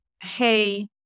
Hey